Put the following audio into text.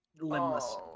limbless